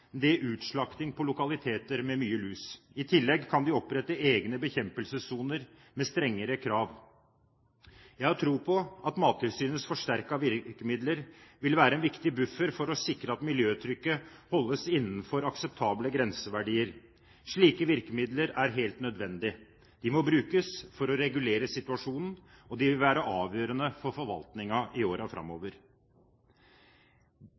utslakting på lokaliteter med mye lus. I tillegg kan de opprette egne bekjempelsessoner med strengere krav. Jeg har tro på at Mattilsynets forsterkede virkemidler vil være en viktig buffer for å sikre at miljøtrykket holdes innenfor akseptable grenseverdier. Slike virkemidler er helt nødvendig. De må brukes for å regulere situasjonen, og det vil være avgjørende for forvaltningen i